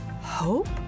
Hope